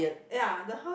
ya the house